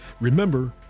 Remember